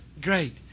great